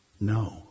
No